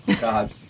God